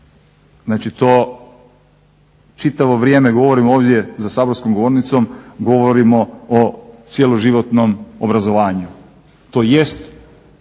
Znači to čitavo vrijeme govorimo ovdje za saborskom govornicom, govorimo o cjeloživotnom obrazovanju. To jest